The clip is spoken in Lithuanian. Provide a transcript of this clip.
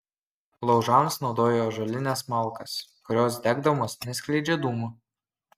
laužams naudojo ąžuolines malkas kurios degdamos neskleidžia dūmų